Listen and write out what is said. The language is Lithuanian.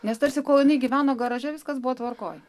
nes tarsi kol jinai gyveno garaže viskas buvo tvarkoj